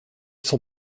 son